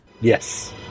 Yes